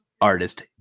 artist